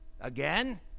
Again